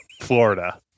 Florida